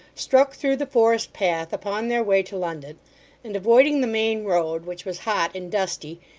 struck through the forest path upon their way to london and avoiding the main road, which was hot and dusty,